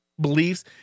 beliefs